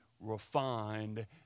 refined